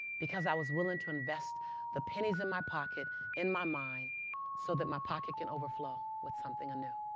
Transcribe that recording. because i was willing to invest the pennies in my pocket in my mind so that my pocket can overflow with something anew.